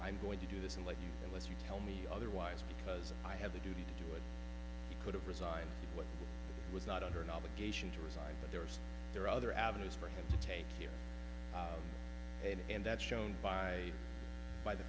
i'm going to do this and like you unless you tell me otherwise because i have the duty to do it you could have resigned but was not under an obligation to resign but there's there are other avenues for him to take here and that's shown by by the